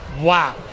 Wow